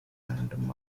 and